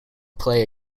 play